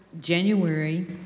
January